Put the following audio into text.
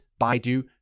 Baidu